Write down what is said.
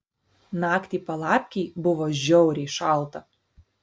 naktį palapkėj buvo žiauriai šalta